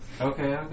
okay